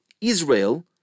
Israel